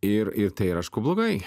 ir ir tai aišku blogai